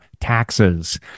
taxes